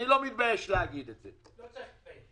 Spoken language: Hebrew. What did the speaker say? אני לא מתבייש להגיד את זה --- לא צריך להתבייש.